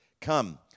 Come